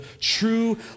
true